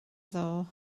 ddoe